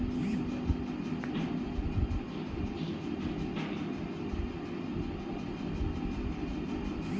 पहलो तुड़ाई के बाद फेनू तीन महीना के बाद ही दूसरो तुड़ाई करलो जाय ल सकै छो